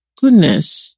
goodness